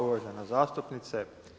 Uvažena zastupnice.